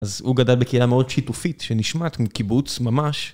אז הוא גדל בקהילה מאוד שיתופית, שנשמעת מקיבוץ ממש.